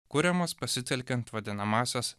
kuriamas pasitelkiant vadinamąsias